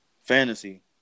fantasy